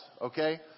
okay